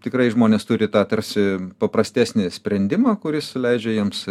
tikrai žmonės turi tą tarsi paprastesnį sprendimą kuris leidžia jiems